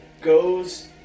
goes